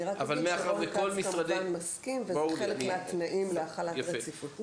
אני רק אגיד שרון כץ כמובן מסכים וזה חלק מהתנאים להחלת רציפות.